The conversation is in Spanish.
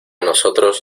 nosotros